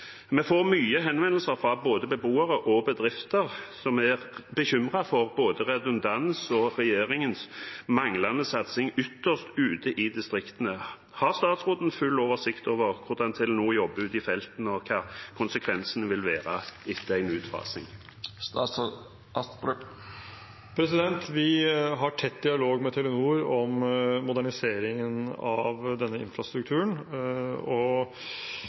Vi får mange henvendelser fra både beboere og bedrifter som er bekymret for både redundans og regjeringens manglende satsing ytterst ute i distriktene. Har statsråden full oversikt over hvordan Telenor jobber ute i felten, og hva konsekvensene vil være etter en utfasing? Vi har tett dialog med Telenor om moderniseringen av denne infrastrukturen. Vi kommer til å fortsette med det, og